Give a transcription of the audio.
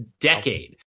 decade